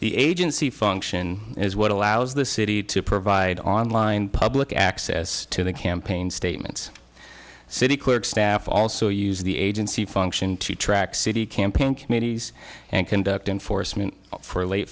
the agency function is what allows the city to provide online public access to the campaign statements city clerk staff also use the agency function to track city campaign committees and conduct enforcement for late